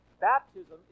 Baptism